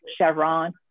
Chevron